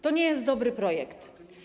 To nie jest dobry projekt.